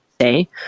say